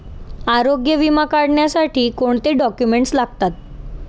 आरोग्य विमा काढण्यासाठी कोणते डॉक्युमेंट्स लागतात?